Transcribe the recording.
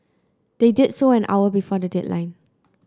they did so an hour before the deadline